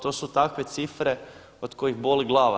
To su takve cifre od kojih boli glava.